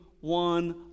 one